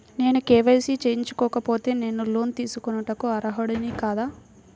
నేను కే.వై.సి చేయించుకోకపోతే నేను లోన్ తీసుకొనుటకు అర్హుడని కాదా?